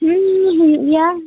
ᱦᱮᱸ ᱦᱩᱭᱩᱜ ᱜᱮᱭᱟ